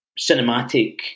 cinematic